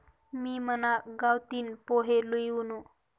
मी मना गावतीन पोहे लई वुनू